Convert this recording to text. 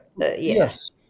Yes